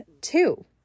two